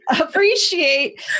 appreciate